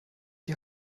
die